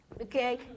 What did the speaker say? okay